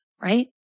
right